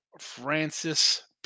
Francis